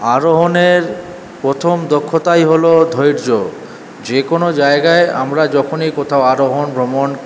আরোহণের প্রথম দক্ষতাই হলো ধৈর্য যে কোনো জায়গায় আমরা যখনই কোথাও আরোহণ ভ্রমণ